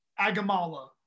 Agamala